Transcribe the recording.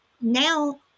now